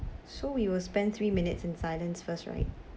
so we will spend three minutes in silence first right